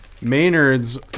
maynard's